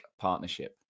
Partnership